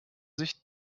sich